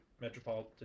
Metropolitan